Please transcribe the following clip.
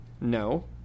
No